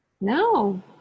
No